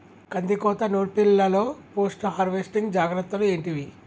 కందికోత నుర్పిల్లలో post harvesting జాగ్రత్తలు ఏంటివి?